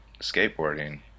skateboarding